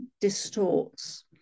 distorts